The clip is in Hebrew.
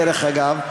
דרך אגב,